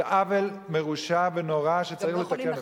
זה עוול מרושע ונורא שצריך לתקן אותו.